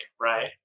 right